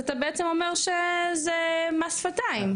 אתה בעצם אומר שזה מס שפתיים.